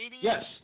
Yes